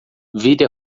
vire